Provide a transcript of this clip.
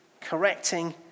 correcting